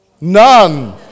None